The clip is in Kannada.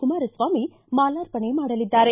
ಕುಮಾರಸ್ವಾಮಿ ಮಾಲಾರ್ಪಣೆ ಮಾಡಲಿದ್ದಾರೆ